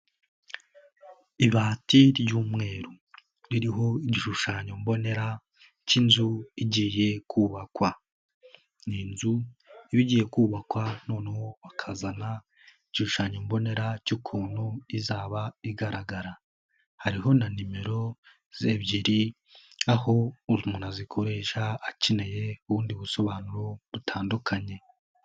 Ibatiri y'umweru ririho igishushanyo mbonera cy'inzu igiye kubakwa, ni inzu iba igiye kubakwa noneho bakazana igishushanyo mbonera cy'ukuntu izaba igaragara, hariho na nimero ze ebyiri, aho buri umuntu azikoresha akeneye ubundi busobanuro butandukanye.